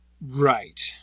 Right